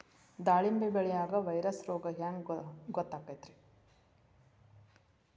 ದಾಳಿಂಬಿ ಬೆಳಿಯಾಗ ವೈರಸ್ ರೋಗ ಹ್ಯಾಂಗ ಗೊತ್ತಾಕ್ಕತ್ರೇ?